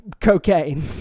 Cocaine